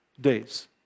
days